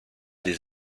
des